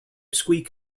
squeak